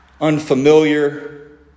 unfamiliar